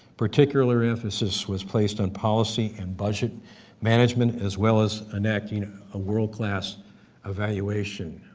particular emphasis was placed on policy and budget management as well as enacting a world class evaluation,